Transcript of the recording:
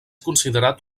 considerat